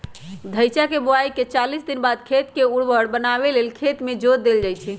धइचा के बोआइके चालीस दिनबाद खेत के उर्वर बनावे लेल खेत में जोत देल जइछइ